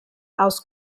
aus